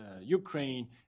Ukraine